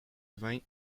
vingts